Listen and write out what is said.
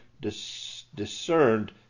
discerned